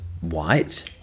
white